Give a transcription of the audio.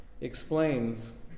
explains